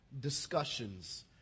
discussions